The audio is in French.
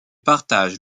partage